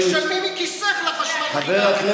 תשלמי מכיסך על זה.